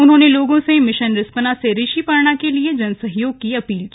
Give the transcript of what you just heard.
उन्होंने लोगों से मिशन रिस्पना से ऋषिपर्णा के लिए जनसहयोग की अपील की